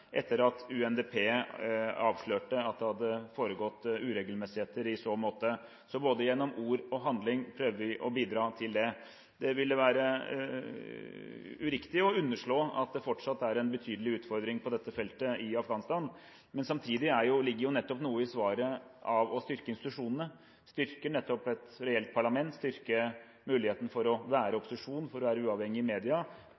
etter at UNDP avslørte at det hadde foregått uregelmessigheter i så måte. Gjennom både ord og handling prøver vi å bidra til det. Det ville være uriktig å underslå at det fortsatt er en betydelig utfordring på dette feltet i Afghanistan, men samtidig ligger jo nettopp noe i svaret av å styrke institusjonene, styrke nettopp et reelt parlament, styrke muligheten for å være